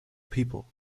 people